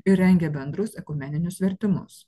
ir rengia bendrus ekumeninius vertimus